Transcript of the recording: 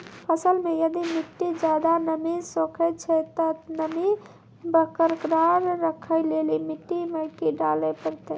फसल मे यदि मिट्टी ज्यादा नमी सोखे छै ते नमी बरकरार रखे लेली मिट्टी मे की डाले परतै?